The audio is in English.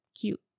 cute